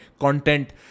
Content